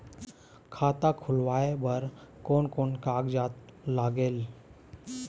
खाता खुलवाय बर कोन कोन कागजात लागेल?